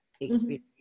experience